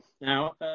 now